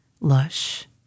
lush